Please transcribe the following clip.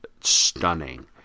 stunning